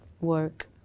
work